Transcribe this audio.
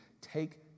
take